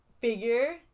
figure